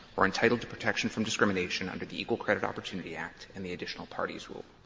are entitled to protection from discrimination under the equal credit opportunity act and the additional parties rule.